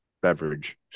beverage